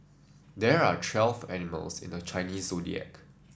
there are twelfth animals in the Chinese Zodiac